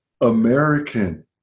American